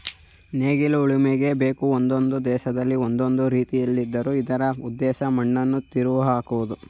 ನೇಗಿಲು ಉಳುಮೆಗೆ ಬೇಕು ಒಂದೊಂದು ದೇಶದಲ್ಲಿ ಒಂದೊಂದು ರೀತಿಲಿದ್ದರೂ ಇದರ ಉದ್ದೇಶ ಮಣ್ಣನ್ನು ತಿರುವಿಹಾಕುವುದು